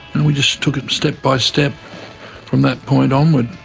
and we just took it step by step from that point onward.